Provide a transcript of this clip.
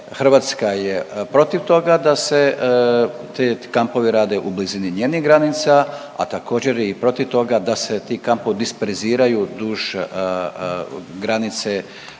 Hrvatska je protiv toga da se ti kampovi rade u blizini njenih granica, a također i protiv toga da se ti kampovi disperziraju duž granice BIH sa